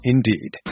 Indeed